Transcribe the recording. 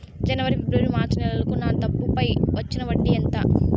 జనవరి, ఫిబ్రవరి, మార్చ్ నెలలకు నా డబ్బుపై వచ్చిన వడ్డీ ఎంత